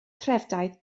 trefdraeth